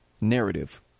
narrative